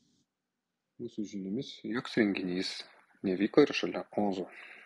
mūsų žiniomis joks renginys nevyko ir šalia ozo